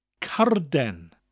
carden